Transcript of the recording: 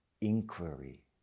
inquiry